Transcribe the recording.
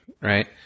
right